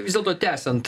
vis dėlto tęsiant